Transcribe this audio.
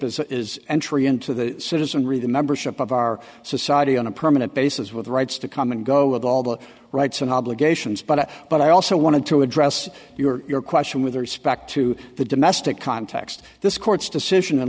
a is entry into the citizenry the membership of our society on a permanent basis with rights to come and go with all the rights and obligations but but i also wanted to address your question with respect to the domestic context this court's decision